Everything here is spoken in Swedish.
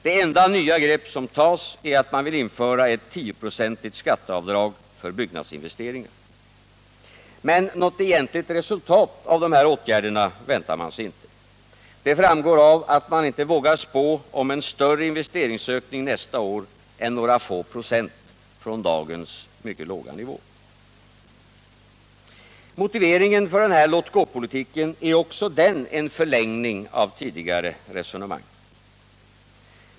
Det enda nya grepp som tas är att man vill införa ett tioprocentigt skatteavdrag för byggnadsinvesteringar. Något egentligt resultat av de här åtgärderna väntar man sig inte. Det framgår av att man inte vågar spå om en större investeringsökning nästa år än några få procent från dagens låga nivå. Motiveringen för denna låt-gå-politik är också den en förlängning av tidigare resonemang.